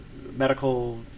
medical